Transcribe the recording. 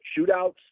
shootouts